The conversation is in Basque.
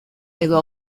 edo